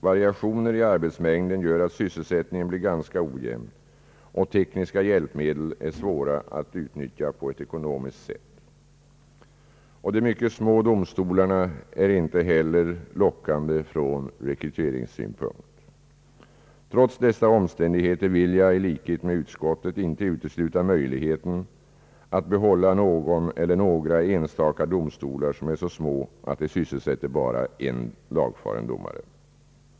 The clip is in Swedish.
Variationer i arbetsmängden gör att sysselsättningen blir mycket ojämn, och tekniska hjälpmedel är svåra att utnyttja på ett ekonomiskt sätt. De mycket små domstolarna är inte heller lockande från rekryteringssynpunkt. Trots dessa omständigheter vill jag i likhet med utskottet inte utesluta möjligheten att behålla någon eller några enstaka domstolar som är så små att de sysselsätter bara en lagfaren domare.